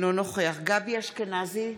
אינו נוכח גבי אשכנזי,